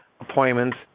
appointments